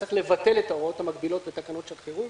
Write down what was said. צריך לבטל את ההוראות המקבילות בתקנות שעת חירום.